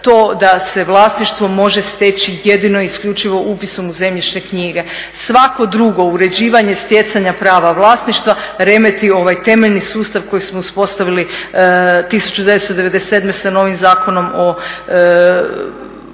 to da se vlasništvo može steći jedino isključivo upisom u zemljišne knjige. Svako drugo uređivanje stjecanja prava vlasništva remeti ovaj temeljni sustav koji smo uspostavili 1997.sa novim Zakonom o